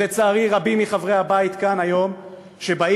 לצערי, רבים מחברי הבית כאן, שבאים